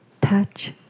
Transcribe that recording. touch